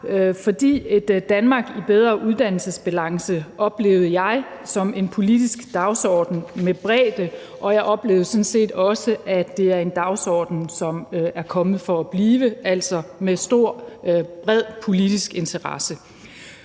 et Danmark i bedre uddannelsesbalance som en politisk dagsorden med bredde, og jeg oplevede sådan set også, at det er en dagsorden, som er kommet for at blive, altså med en stor og bred politisk interesse.